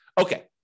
Okay